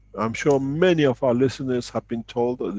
i'm sure many of our listeners have been told,